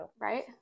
right